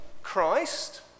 Christ